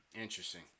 Interesting